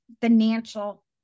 financial